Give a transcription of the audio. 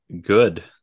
good